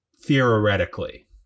theoretically